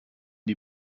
die